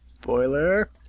Boiler